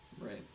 Right